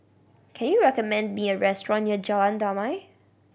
can you recommend me a restaurant near Jalan Damai